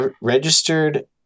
registered